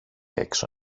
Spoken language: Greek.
έξω